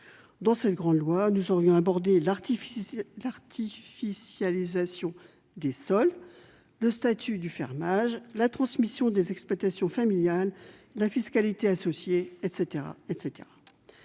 Dans cette grande loi, nous aurions abordé l'artificialisation des sols, le statut du fermage, la transmission des exploitations familiales, la fiscalité associée, etc.